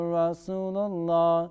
Rasulullah